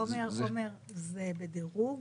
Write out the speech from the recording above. זה בדירוג?